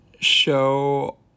show